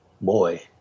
Boy